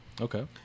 Okay